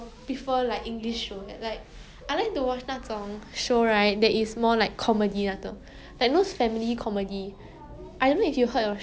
episode 都要看如果你不喜欢一个 episode 你 skip through right like then you 随便看一个 episode 你不会觉得 like 你不明白 like what's going on